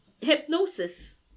hypnosis